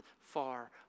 far